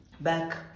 back